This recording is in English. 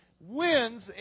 wins